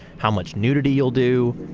how much nudity you'll do.